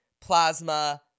Plasma